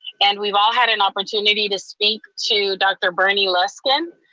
and we've all had an opportunity to speak to dr. bernie luskin.